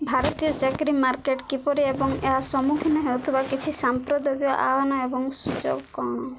ଭାରତୀୟ ଚାକିରି ମାର୍କେଟ କିପରି ଏବଂ ଏହା ସମ୍ମୁଖୀନ ହେଉଥିବା କିଛି ସାମ୍ପ୍ରଦକୀୟ ଆହ୍ୱାନ ଏବଂ ସୁଯୋଗ କ'ଣ